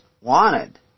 wanted